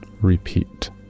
Repeat